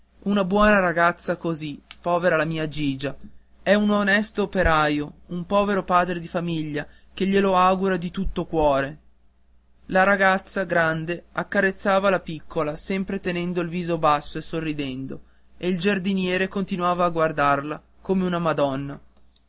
una buona ragazza così povera la mia gigia è un onesto operaio un povero padre di famiglia che glielo augura di tutto cuore la ragazza grande accarezzava la piccola sempre tenendo il viso basso e sorridendo e il giardiniere continuava a guardarla come una madonna